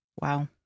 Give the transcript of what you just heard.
Wow